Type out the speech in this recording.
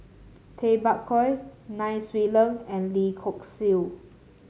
Tay Bak Koi Nai Swee Leng and Lim Hock Siew